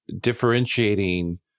differentiating